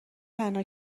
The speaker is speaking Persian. تنها